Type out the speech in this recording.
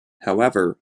however